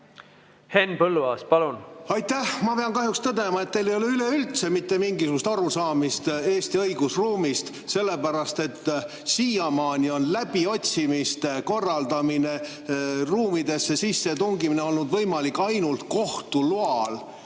Henn Põlluaas, palun! Aitäh! Ma pean kahjuks tõdema, et teil ei ole üleüldse mitte mingisugust arusaamist Eesti õigusruumist. Sellepärast et siiamaani on läbiotsimiste korraldamine, ruumidesse sissetungimine olnud võimalik ainult kohtu loal